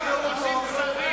אנחנו רוצים שרים,